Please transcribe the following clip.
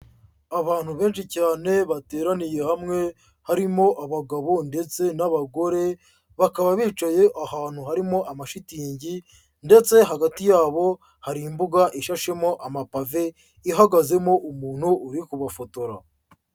Abantu benshi cyane bateraniye hamwe, harimo abagabo ndetse n'abagore, bakaba bicaye ahantu harimo amashitingi ndetse hagati yabo hari imbuga ishashemo amapave, ihagazemo umuntu uri kubafotora.